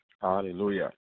hallelujah